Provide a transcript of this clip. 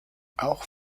auch